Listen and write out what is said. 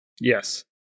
Yes